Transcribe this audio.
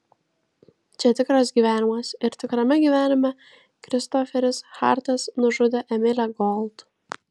čia tikras gyvenimas ir tikrame gyvenime kristoferis hartas nužudė emilę gold